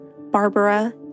Barbara